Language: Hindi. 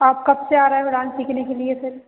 आप कब से आ रहे हो डांस सीखने के लिए फिर